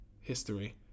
history